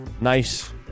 Nice